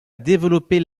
développer